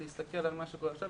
להסתכל על מה שקורא עכשיו.